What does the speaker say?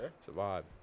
survive